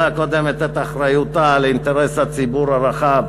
הקודמת את אחריותה לאינטרס הציבור הרחב